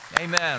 amen